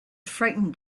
frightened